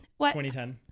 2010